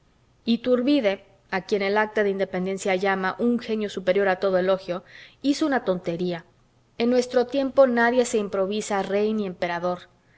iturbide a quien el acta de independencia llama un genio superior a todo elogio hizo una tontería en nuestro tiempo nadie se improvisa rey ni emperador